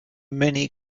many